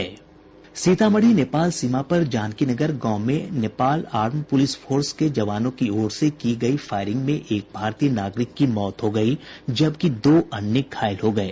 सीतामढ़ी नेपाल सीमा पर जानकी नगर गांव में नेपाल आर्म्ड पूलिस फोर्स के जवानों की ओर से की गयी फायरिंग में एक भारतीय नागरिक की मौत हो गयी जबकि दो अन्य घायल हो गये